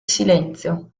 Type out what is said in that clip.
silenzio